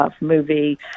movie